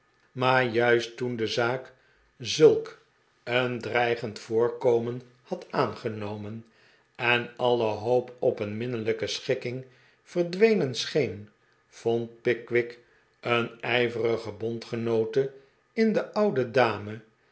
maar juist toen de zaak zulk een dreigend voorkomen had aangenomen en alle hoop op een minnelijke schikkihg verdwenen scheen vond pickwick een ijverige bondgenoote in de oude dame